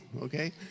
okay